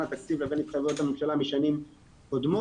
התקציב לבין התחייבויות הממשלה משנים קודמות,